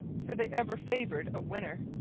for they ever favoured a winner,